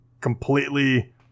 completely